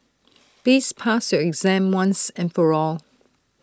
please pass your exam once and for all